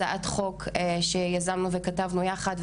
הצעת חוק שיזמנו וכתבנו יחד,